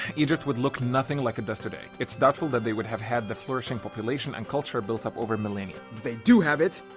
egypt would look nothing like it does today. it's doubtful that they would have had the flourishing population and culture built up over millennia. they do have it.